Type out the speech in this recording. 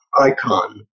icon